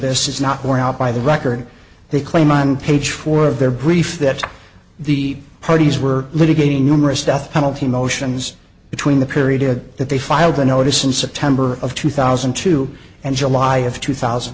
this is not worn out by the record they claim on page four of their brief that the parties were litigating numerous death penalty motions between the period that they filed the notice in september of two thousand and two and july of two thousand